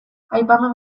aipamen